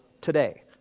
today